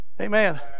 Amen